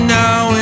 now